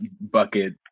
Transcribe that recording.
bucket